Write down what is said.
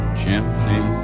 chimney